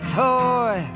toy